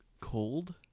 cold